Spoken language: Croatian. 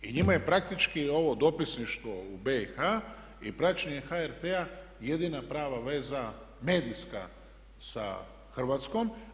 I njima je praktički ovo dopisništvo u BiH i praćenje HRT-a jedina prava veza medijska sa Hrvatskom.